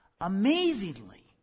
Amazingly